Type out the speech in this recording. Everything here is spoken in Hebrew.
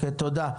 תודה.